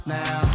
now